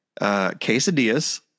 quesadillas